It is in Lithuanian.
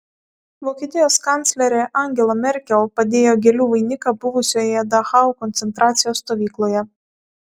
vokietijos kanclerė angela merkel padėjo gėlių vainiką buvusioje dachau koncentracijos stovykloje